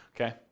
Okay